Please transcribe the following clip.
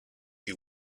you